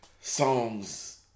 songs